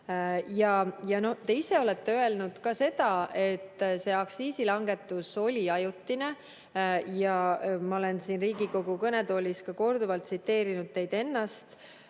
Te ise olete öelnud, et see aktsiisilangetus oli ajutine, ja ma olen siin Riigikogu kõnetoolis korduvalt tsiteerinud teid ennast.